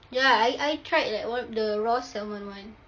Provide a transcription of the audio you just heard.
ya I I tried like the raw salmon [one]